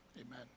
Amen